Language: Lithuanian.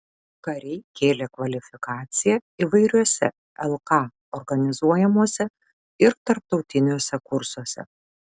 kariai kėlė kvalifikaciją įvairiuose lk organizuojamuose ir tarptautiniuose kursuose